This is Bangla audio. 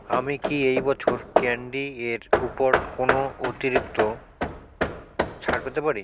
আমি কি এই বছর ক্যান্ডি এর উপর কোনো অতিরিক্ত ছাড় পেতে পারি